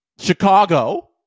Chicago